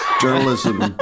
journalism